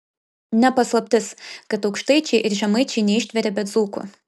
ne paslaptis kad aukštaičiai ir žemaičiai neištveria be dzūkų